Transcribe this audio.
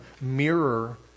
mirror